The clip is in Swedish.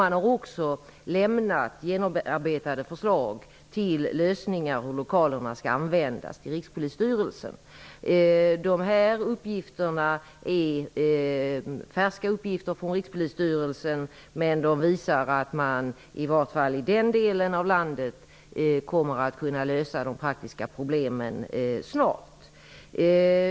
Man har också lämnat genomarbetade förslag till Rikspolisstyrelsen med lösningar av hur lokalerna skall användas. Det är färska uppgifter från Rikspolisstyrelsen men de visar att man åtminstone i den delen av landet snart kommer att kunna lösa de praktiska problemen.